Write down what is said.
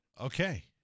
Okay